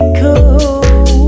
cool